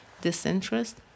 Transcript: disinterest